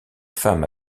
femme